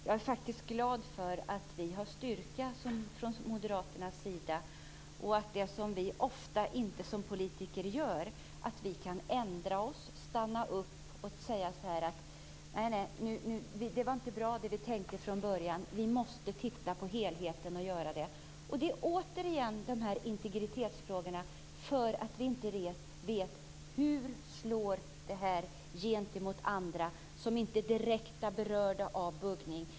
Jag är faktiskt glad för att vi har styrka från moderaternas sida att göra det som vi politiker ofta inte gör, nämligen att ändra oss, stanna upp och säga: Det vi tänkte från början var inte bra. Vi måste titta på helheten. Det är återigen de här integritetsfrågorna. Vi vet inte hur det här slår gentemot andra som inte är direkt berörda av buggning.